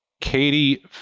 Katie